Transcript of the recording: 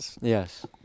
Yes